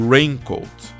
Raincoat